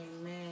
Amen